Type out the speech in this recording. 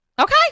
Okay